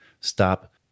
stop